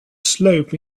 slope